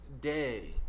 day